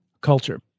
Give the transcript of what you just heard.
culture